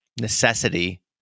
necessity